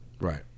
Right